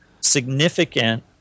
significant